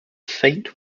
faint